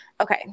Okay